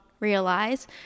Realize